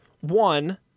One